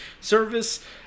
service